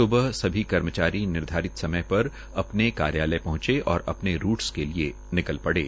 स्बह सभी कर्मचारी निर्धारित समय पर अपने कार्यालय पहंचे और अपने रूट्स के लिए निकल पड़े